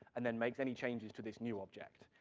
and then makes any changes to this new object.